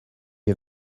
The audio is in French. est